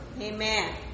Amen